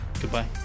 goodbye